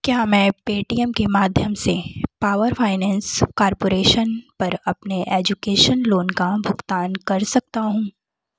क्या मैं पेटीएम के माध्यम से पावर फाइनेंस कॉर्पोरेशन पर अपने एजुकेशन लोन का भुगतान कर सकता हूँ